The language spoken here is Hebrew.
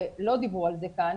ולא דיברו על זה כאן,